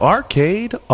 Arcade